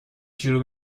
شروع